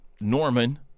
Norman